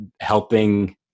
helping